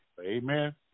Amen